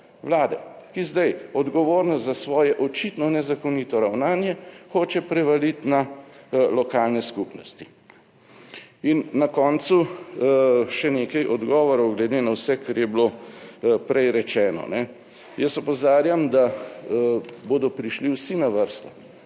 Vlade, ki zdaj odgovornost za svoje očitno nezakonito ravnanje hoče prevaliti na lokalne skupnosti. In na koncu še nekaj odgovorov glede na vse kar je bilo prej rečeno. Jaz opozarjam, da bodo prišli vsi na vrsto.